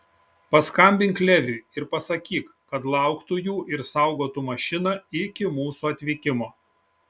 paskambink leviui ir pasakyk kad lauktų jų ir saugotų mašiną iki mūsų atvykimo